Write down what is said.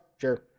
Sure